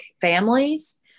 families